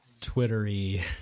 twittery